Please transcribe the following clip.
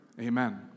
Amen